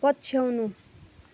पछ्याउनु